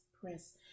press